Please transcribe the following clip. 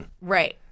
Right